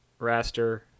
raster